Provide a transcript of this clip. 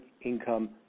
income